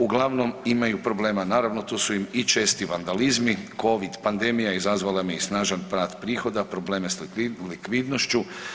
Uglavnom imaju problema, naravno tu su im i česti vandalizmi, kovid pandemija izazvala im je i snažan pad prihoda, probleme s likvidnošću.